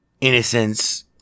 Innocence